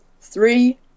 Three